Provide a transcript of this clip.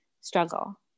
struggle